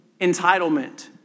entitlement